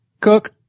Cook